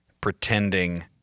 pretending